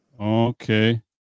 Okay